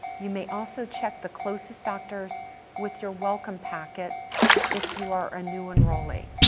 you may also check the closest doctors with your welcome packet if you are a new enrollee.